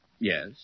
Yes